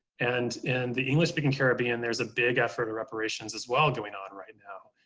and in the english speaking caribbean, there's a big effort of reparations as well going on right now.